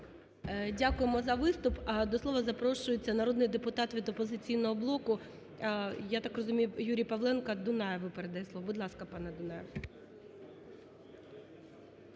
Дякуємо за виступ. До слова запрошується народний депутат від "Опозиційного блоку". Я так розумію, Юрій Павленко Дунаєву передає слово. Будь ласка, пане Дунаєв.